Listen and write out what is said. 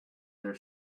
their